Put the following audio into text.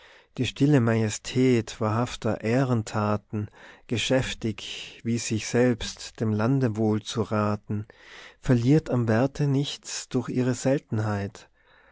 die stille majestät wahrhafter ehrentaten geschäftig wie sich selbst dem lande wohlzuraten verliert am werte nichts durch ihre seltenheit